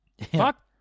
Fuck